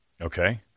Okay